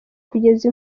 kugeza